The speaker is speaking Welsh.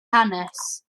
hanes